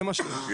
זה מה שעושים.